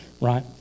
right